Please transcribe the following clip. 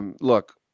Look